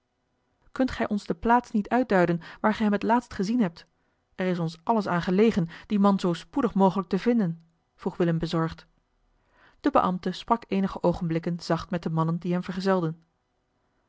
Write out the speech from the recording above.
kunt gij ons de plaats niet uitduiden waar ge hem het laatst gezien hebt er is ons alles aan gelegen dien man zoo spoedig mogelijk te vinden vroeg willem bezorgd de beambte sprak eenige oogenblikken zacht met de mannen die hem vergezelden